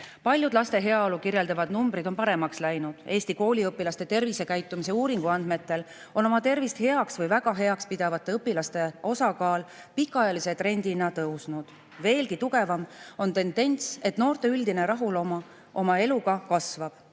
laste heaolu kirjeldavad numbrid on paremaks läinud. Eesti kooliõpilaste tervisekäitumise uuringu andmetel on oma tervist heaks või väga heaks pidavate õpilaste osakaal pikaajalise trendina tõusnud. Veelgi tugevam on tendents, et noorte üldine rahulolu oma eluga kasvab.